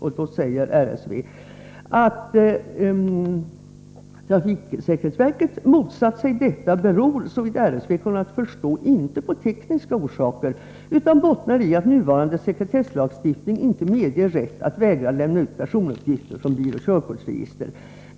RSV säger: ”Att TSV motsatt sig detta beror såvitt RSV kunnat förstå inte på tekniska orsaker utan bottnar i att nuvarande sekretesslagstiftning inte medger rätt att vägra lämna ut personuppgifter från biloch körkortsregister.